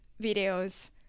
videos